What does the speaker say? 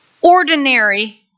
Ordinary